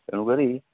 ତେଣୁ କରି